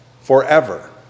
forever